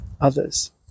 others